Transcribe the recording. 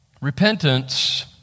repentance